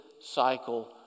cycle